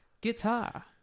guitar